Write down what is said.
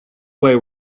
way